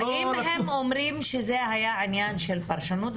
אם הם אומרים שזה היה עניין של פרשנות,